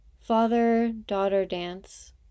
Father-Daughter-Dance